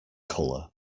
colour